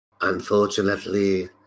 Unfortunately